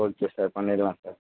okay sir பண்ணிடலாம் sir